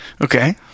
Okay